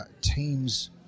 Teams